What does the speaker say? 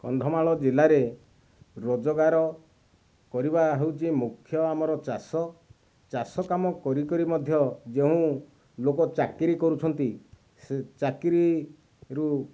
କନ୍ଧମାଳ ଜିଲ୍ଲାରେ ରୋଜଗାର କରିବା ହେଉଛି ମୁଖ୍ୟ ଆମର ଚାଷ ଚାଷ କାମ କରି କରି ମଧ୍ୟ ଯେଉଁ ଲୋକ ଚାକିରୀ କରୁଛନ୍ତି ସେ ଚାକିରୀରୁ